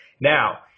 Now